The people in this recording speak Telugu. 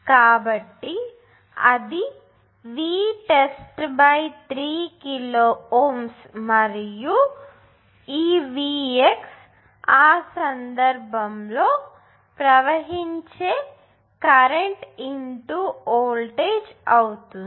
కాబట్టి అది Vtest 3 కిలోΩ మరియు ఈ Vx ఆ సందర్భంలో ప్రవహించే కరెంట్ వోల్టేజ్ అవుతుంది